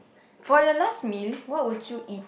for your last meal what would you eat